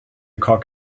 cock